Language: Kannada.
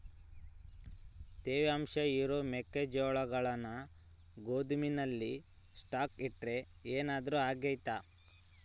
ತೇವಾಂಶ ಇರೋ ಮೆಕ್ಕೆಜೋಳನ ಗೋದಾಮಿನಲ್ಲಿ ಸ್ಟಾಕ್ ಇಟ್ರೆ ಏನಾದರೂ ಅಗ್ತೈತ?